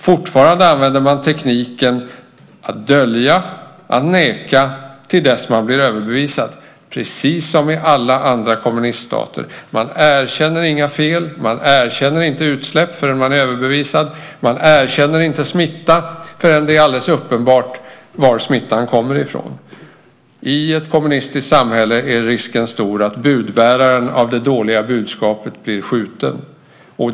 Fortfarande använder man tekniken att dölja och neka tills man blir överbevisad, precis som i alla andra kommuniststater. Man erkänner inga fel. Man erkänner inte utsläpp förrän man blivit överbevisad. Man erkänner inte smitta förrän det är alldeles uppenbart varifrån smittan kommer. I ett kommunistiskt samhälle är risken stor att budbäraren av det dåliga budskapet blir skjuten.